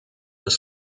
des